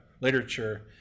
literature